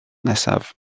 nesaf